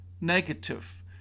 negative